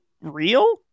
real